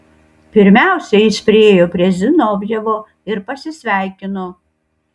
pirmiausia jis priėjo prie zinovjevo ir pasisveikino